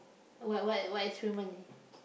what what what experiment